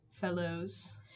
fellows